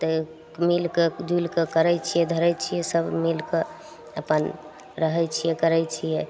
तैं मिल कऽ जुलि कऽ करय छियै धरय छियै सब मिलकऽ अपन रहय छियै करय छियै